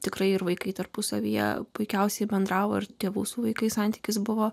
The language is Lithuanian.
tikrai ir vaikai tarpusavyje puikiausiai bendravo ir tėvų su vaikais santykis buvo